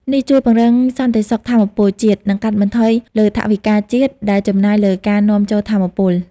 នេះជួយពង្រឹងសន្តិសុខថាមពលជាតិ និងកាត់បន្ថយលើថវិកាជាតិដែលចំណាយលើការនាំចូលថាមពល។